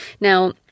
Now